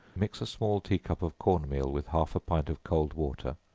mix a small tea-cup of corn meal with half a pint of cold water,